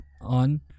on